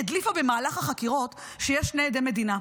הדליפה במהלך החקירות שיש שני עדי מדינה.